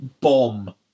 bomb